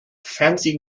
fancy